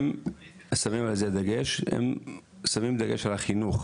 הם שמים דגש על החינוך,